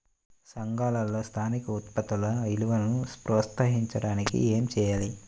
సంఘాలలో స్థానిక ఉత్పత్తుల విలువను ప్రోత్సహించడానికి ఏమి చేయాలి?